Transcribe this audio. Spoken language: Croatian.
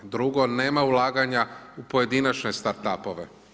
Drugo nema ulaganja u pojedinačne start up-ove.